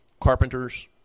carpenters